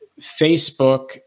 Facebook